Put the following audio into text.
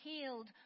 healed